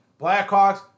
Blackhawks